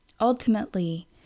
Ultimately